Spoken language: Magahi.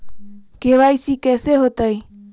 के.वाई.सी कैसे होतई?